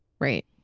Right